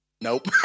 nope